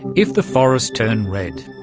if the forests turned redd.